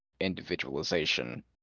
individualization